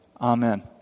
Amen